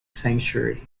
sanctuary